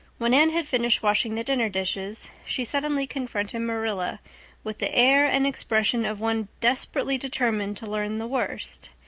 when anne had finished washing the dinner dishes she suddenly confronted marilla with the air and expression of one desperately determined to learn the worst.